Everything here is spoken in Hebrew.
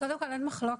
קודם כל אין מחלוקת,